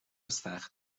سخت